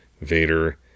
Vader